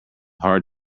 hard